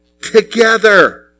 together